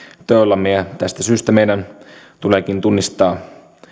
teoillamme ja tästä syystä meidän tuleekin tunnistaa